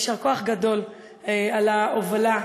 יישר כוח גדול על ההובלה,